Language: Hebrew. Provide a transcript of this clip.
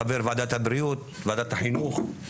חבר ועדת הבריאות, ועדת החינוך,